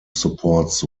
supports